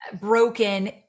broken